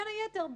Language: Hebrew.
בין היתר,